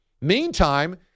Meantime